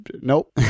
Nope